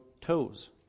toes